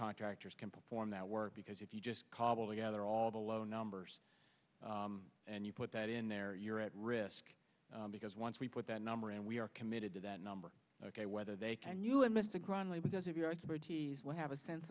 contractors can perform that work because if you just cobble together all the low numbers and you put that in there you're at risk because once we put that number and we are committed to that number ok whether they can you a mystic runway because of your expertise we'll have a sense